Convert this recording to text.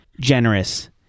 generous